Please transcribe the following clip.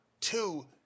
two